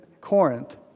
Corinth